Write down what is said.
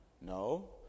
No